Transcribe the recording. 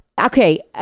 okay